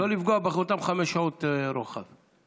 לא לפגוע בחותם חמש שעות רוחב לכיתה.